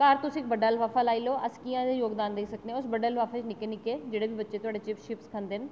घर तुस इक बड्डा लफाफा लाई लैओ अस कि'यां योगदान देई सकने आं उस बड्डे लफाफे गी निक्के निक्के जेह्ड़े बी बच्चे थुआढ़े चिप्स शिप्स खंदे न